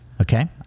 Okay